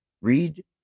Read